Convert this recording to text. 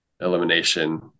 elimination